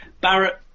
Barrett